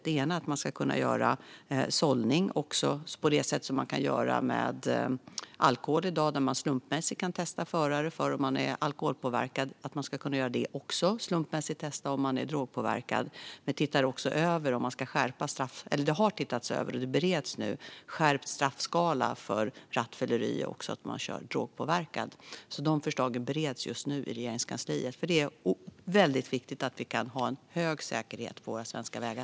Den ena handlar om att man ska kunna göra en sållning på samma sätt som man i dag kan göra med alkohol - i dag kan man slumpmässigt testa förare för alkoholpåverkan, och man ska kunna göra slumpmässiga tester också för drogpåverkan. Även en skärpt straffskala för rattfylleri och för att köra drogpåverkad har tittats över. Dessa förslag bereds alltså just nu i Regeringskansliet. Det är nämligen väldigt viktigt att vi kan ha en hög säkerhet på våra svenska vägar.